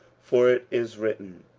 for it is written,